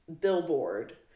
billboard